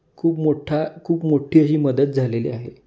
खूप मोठ्ठा खूप मोठी अशी मदत झालेली आहे